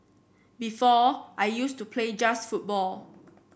before I used to play just football